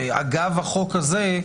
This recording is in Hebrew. אגב החוק הזה,